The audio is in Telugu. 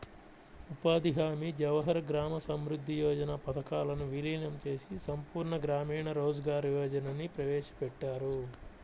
ఉపాధి హామీ, జవహర్ గ్రామ సమృద్ధి యోజన పథకాలను వీలీనం చేసి సంపూర్ణ గ్రామీణ రోజ్గార్ యోజనని ప్రవేశపెట్టారు